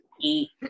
eat